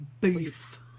Beef